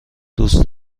دوست